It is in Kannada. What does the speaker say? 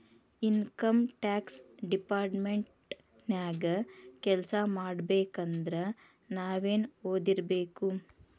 ಇನಕಮ್ ಟ್ಯಾಕ್ಸ್ ಡಿಪಾರ್ಟ್ಮೆಂಟ ನ್ಯಾಗ್ ಕೆಲ್ಸಾಮಾಡ್ಬೇಕಂದ್ರ ನಾವೇನ್ ಒದಿರ್ಬೇಕು?